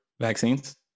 vaccines